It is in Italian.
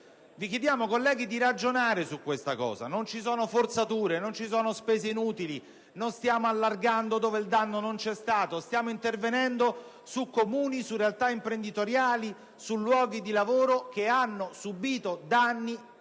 Vi chiediamo, colleghi, di ragionare su questo punto: non ci sono forzature, non ci sono spese inutili, non stiamo allargando l'intervento dove il danno non c'è stato. Stiamo intervenendo su Comuni, su realtà imprenditoriali, su luoghi di lavoro che hanno subito danni